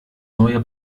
neue